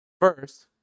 First